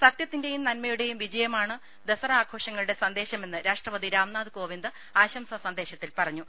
സത്യത്തിന്റെയും നന്മയുടെയും വിജ യമാണ് ദസറ ആഘോഷങ്ങളുടെ സന്ദേശമെന്ന് രാഷ്ട്രപതി രാംനാഥ് കോവിന്ദ് ആശംസാ സന്ദേശത്തിൽ പറഞ്ഞു